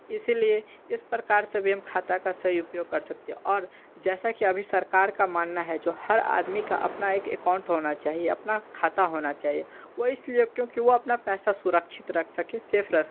इसलिए इस प्रकार से भी खाता का सही उपयोग कर सकते हैं और जैसा कि अभी सरकार का मानना है जो हर आदमी का अपना एक अकाउंट होना चाहिए अपना खाता होना चाहिए वह इसलिए क्योंकि वह अपना पैसा सुरक्षित रख सके